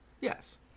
Yes